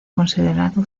considerado